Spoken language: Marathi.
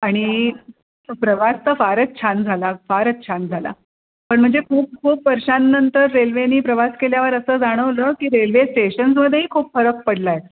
आणि प्रवास तर फारच छान झाला फारच छान झाला पण म्हणजे खूप खूप वर्षांनंतर रेल्वेने प्रवास केल्यावर असं जाणवलं की रेल्वे स्टेशनमध्येही खूप फरक पडला आहे